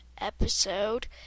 episode